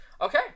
Okay